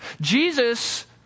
Jesus